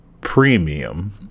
premium